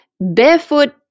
barefoot